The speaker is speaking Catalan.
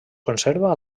conserva